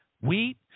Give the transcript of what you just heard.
wheat